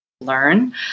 learn